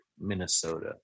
Minnesota